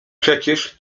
przecież